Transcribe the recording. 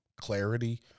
clarity